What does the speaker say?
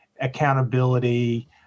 accountability